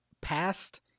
past